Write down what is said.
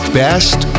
best